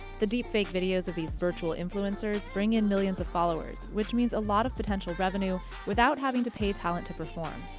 the deepfake videos of these virtual influencers bring in millions of followers, which means a lot of potential revenue without having to pay talent to perform.